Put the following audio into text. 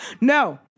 No